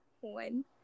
one